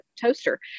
toaster